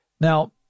Now